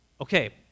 Okay